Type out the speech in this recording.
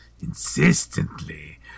Insistently